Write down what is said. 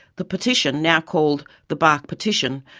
the petition, now called, the bark petition,